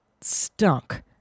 stunk